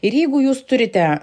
ir jeigu jūs turite